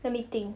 let me think